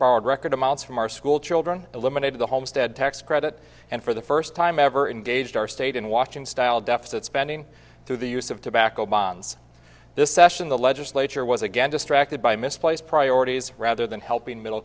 amounts from our school children eliminated the homestead tax credit and for the first time ever engaged our state in watching style deficit spending through the use of tobacco bonds this session the legislature was again distracted by misplaced priorities rather than helping middle